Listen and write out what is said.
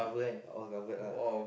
all covered lah